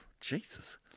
Jesus